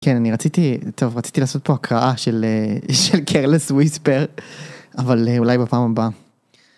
כן, אני רציתי... טוב, רציתי לעשות פה הקראה של... של קרלס וויספר. אבל אולי בפעם הבאה.